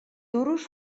duros